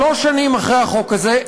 שלוש שנים אחרי חקיקת החוק הזה,